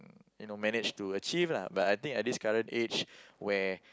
and know managed to achieve lah but I think at this current age where